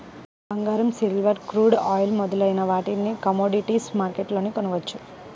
బంగారం, silver, crude oil మొదలైన వాటిని కమోడిటీస్ మార్కెట్లోనే కొనవచ్చు